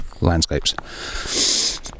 landscapes